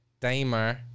Daimar